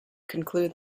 conclude